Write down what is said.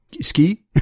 ski